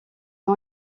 ont